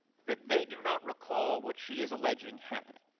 that they do not recall what she is alleging happened.